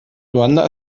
luanda